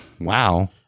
Wow